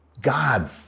God